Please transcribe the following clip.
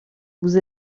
vous